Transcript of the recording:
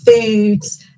foods